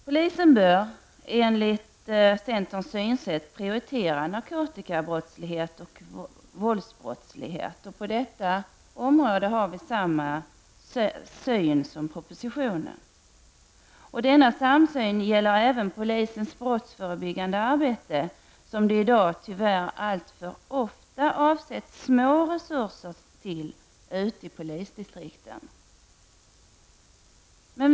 Polisen bör, enligt centerns synsätt, prioritera narkotikabrottslighet och våldsbrottslighet. På detta område har vi samma syn som den i propositionen. Denna samsyn gäller även polisens brottsförebyggande arbete. Det avsätts i dag tyvärr alltför ofta små resurser till detta arbete ute i polisdistrikten.